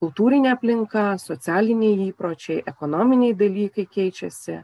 kultūrinė aplinka socialiniai įpročiai ekonominiai dalykai keičiasi